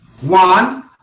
One